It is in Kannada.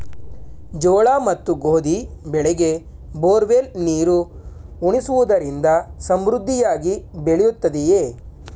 ಜೋಳ ಮತ್ತು ಗೋಧಿ ಬೆಳೆಗೆ ಬೋರ್ವೆಲ್ ನೀರು ಉಣಿಸುವುದರಿಂದ ಸಮೃದ್ಧಿಯಾಗಿ ಬೆಳೆಯುತ್ತದೆಯೇ?